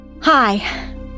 Hi